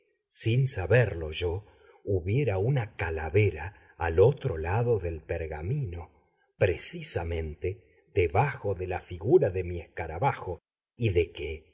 sin saberlo yo hubiera una calavera al otro lado del pergamino precisamente debajo de la figura de mi escarabajo y de que